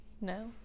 No